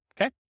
Okay